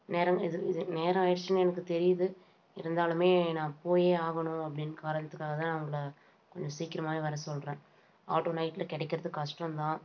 நேரம் இது இது நேரம் ஆயிடுச்சுனு எனக்கு தெரியுது இருந்தாலும் நான் போயே ஆகணும் அப்படின்னு காரணத்துக்காக தான் நான் உங்களை கொஞ்சம் சீக்கிரமாகவே வர சொல்கிறேன் ஆட்டோ நைட்டில் கிடைக்குறது கஷ்டம் தான்